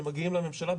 שמגיעים לממשלה,